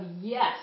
yes